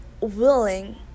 willing